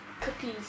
cookies